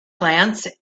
glance